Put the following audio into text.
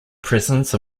presence